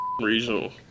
regional